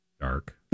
Dark